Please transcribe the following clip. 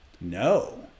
No